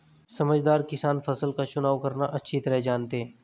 समझदार किसान फसल का चुनाव करना अच्छी तरह जानते हैं